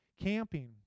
Camping